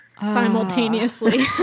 Simultaneously